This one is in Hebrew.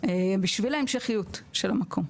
בשביל ההמשכיות של המקום.